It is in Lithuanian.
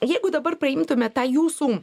jeigu dabar paimtume tą jūsų